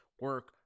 Work